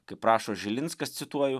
kaip rašo žilinskas cituoju